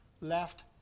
left